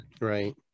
Right